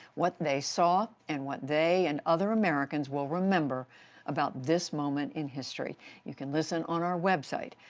what they saw and what they and other americans will remember about this moment in history. you can listen on our web site.